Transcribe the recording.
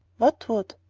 what would?